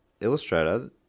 illustrator